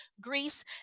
Greece